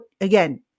again